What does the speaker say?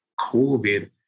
COVID